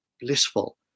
blissful